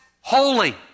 Holy